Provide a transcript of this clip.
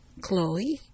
Chloe